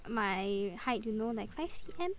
my height you know like five C_M